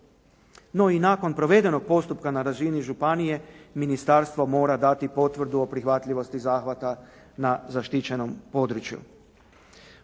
No, i nakon provedenog postupka na razini županije ministarstvo mora dati potvrdu o prihvatljivosti zahvata na zaštićenom području.